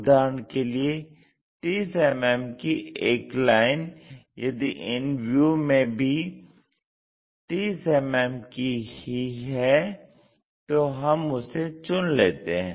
उदाहरण के लिए 30 mm की एक लाइन यदि इन व्यू में भी 30 mm की ही है तो हम उसे चुन लेते हैं